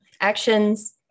actions